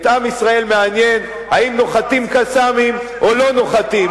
את עם ישראל מעניין אם נוחתים "קסאמים" או לא נוחתים,